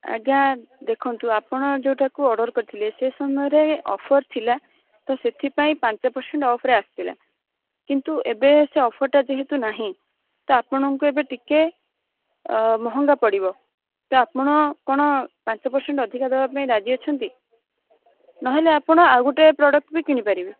ଆଜ୍ଞା ଦେଖନ୍ତୁ ଆପଣ ଯେଉଁଟାକୁ ଅର୍ଡ଼ର କରିଥିଲେ ସେ ସମୟରେ ଅଫର୍ ଥିଲା ତ ସେଥିପାଇଁ ପାଞ୍ଚ ପରସେଣ୍ଟ ଅଫର୍ରେ ଆସିଥିଲା କିନ୍ତୁ ଏବେ ସେ ଅଫର୍ଟା ଯେହେତୁ ନାହିଁ ତ ଆପଣଙ୍କୁ ଏବେ ଟିକିଏ ମହଙ୍ଗା ପଡ଼ିବ ତ ଆପଣ କ'ଣ ପାଞ୍ଚ ପରସେଣ୍ଟ ଅଧିକ ଦବାପାଇଁ ରାଜି ଅଛନ୍ତି ନହେଲେ ଆପଣ ଆଉ ଗୋଟେ ପ୍ରଡ଼କ୍ଟବି କିଣିପାରିବେ